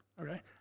Okay